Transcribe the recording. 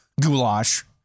goulash